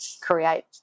create